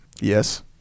yes